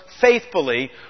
faithfully